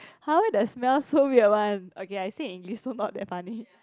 !huh! why the smell so weird one okay I say in English so not that funny